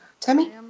Tammy